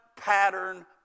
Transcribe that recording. Pattern